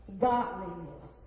Godliness